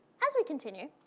as we continue.